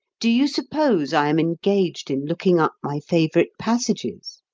do you suppose i am engaged in looking up my favourite passages?